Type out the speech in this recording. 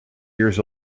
years